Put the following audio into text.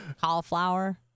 Cauliflower